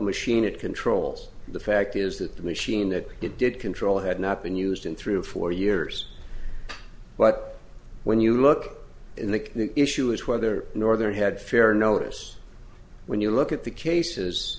machine it controls the fact is that the machine that it did control had not been used in three or four years but when you look in the issue is whether the northern had fair notice when you look at the